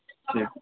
ٹھیک